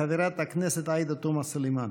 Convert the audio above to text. חברת הכנסת עאידה תומא סלימאן.